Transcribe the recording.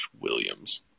Williams